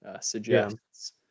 suggests